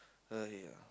!haiya!